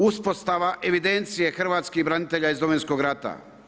Uspostava evidencije hrvatskih branitelja iz Domovinskog rata.